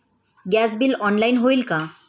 Gas bill online होईल का?